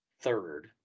third